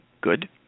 Good